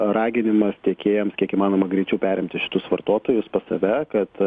raginimas tiekėjams kiek įmanoma greičiau perimti šitus vartotojus pas save kad